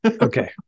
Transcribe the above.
okay